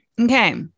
Okay